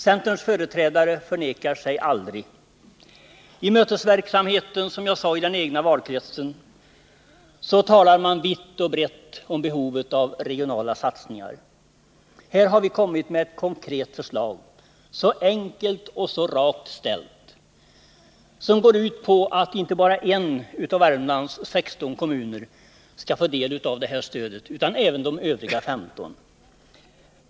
Centerns företrädare förnekar sig aldrig. I mötesverksamheten i den egna valkretsen talar man, som jag sade, vitt och brett om behovet av regionala satsningar. Här har vi kommit med ett konkret förslag, så enkelt och så rakt ställt, som går ut på att inte bara en av Värmlands 16 kommuner skall få del av det här stödet utan även de övriga 15.